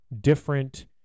different